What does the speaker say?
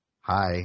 Hi